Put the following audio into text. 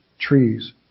trees